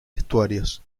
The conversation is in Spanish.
estuarios